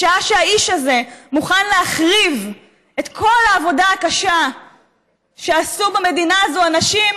בשעה שהאיש הזה מוכן להחריב את כל העבודה הקשה שעשו במדינה הזאת אנשים